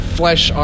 flesh